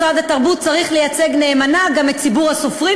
משרד התרבות צריך לייצג נאמנה גם את ציבור הסופרים,